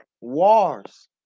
Wars